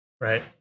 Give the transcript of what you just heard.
Right